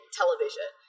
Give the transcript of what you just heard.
television